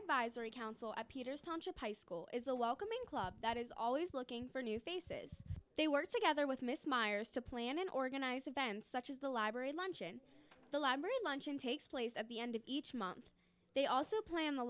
advisory council at peters township high school is a welcoming club that is always looking for new faces they work together with miss meyer's to plan and organize events such as the library luncheon the library luncheon takes place at the end of each month they also plan the